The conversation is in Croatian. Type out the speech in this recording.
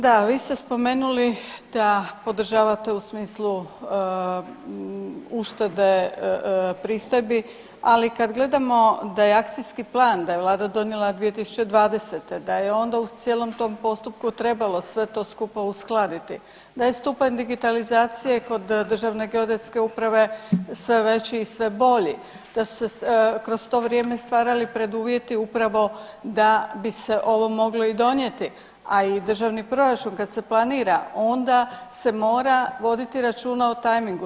Da, vi ste spomenuli da podržavate u smislu uštede pristojbi, ali kad gledamo da je akcijski plan, da je Vlada donijela 2020. da je onda u cijelom tom postupku trebalo sve to skupa uskladiti, da je stupanj digitalizacije kod Državne geodetske uprave sve veći i sve bolji, da su se kroz to vrijeme stvarali preduvjeti upravo da bi se ovo moglo i donijeti a i državni proračun kad se planira onda se mora voditi računa o timingu.